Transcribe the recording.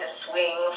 swing